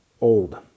old